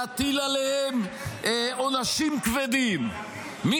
להטיל עליהם עונשים כבדים -- אבל שר המשפטים,